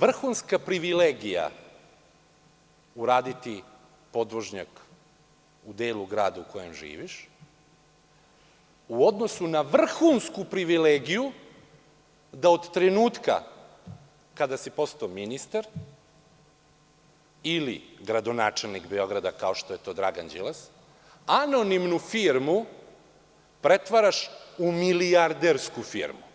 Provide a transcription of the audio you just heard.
vrhunska privilegija uraditi podvožnjak u delu grada u kojem živiš u odnosu na vrhunsku privilegiju da od trenutka kada si postao ministar ili gradonačelnik Beograda, kao što je to Dragan Đilas, anonimnu firmu pretvaraš u milijardersku firmu.